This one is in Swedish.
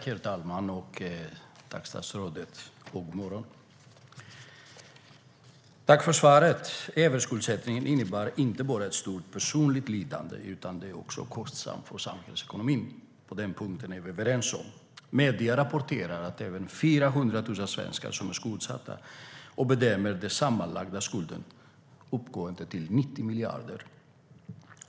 Herr talman! Tack, statsrådet, för svaret! Överskuldsättningen innebär inte bara ett stort personligt lidande, utan den är också kostsam för samhällsekonomin. På den punkten är statsrådet och jag överens. Medierna rapporterar att över 400 000 svenskar är skuldsatta och bedömer att den sammanlagda skulden uppgår till drygt 90 miljarder kronor.